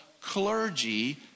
clergy